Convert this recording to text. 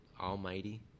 Almighty